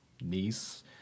niece